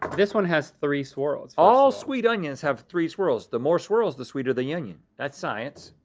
this one has three swirls. all sweet onions have three swirls. the more swirls, the sweeter the yeah onion. that's science.